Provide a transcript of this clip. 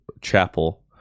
chapel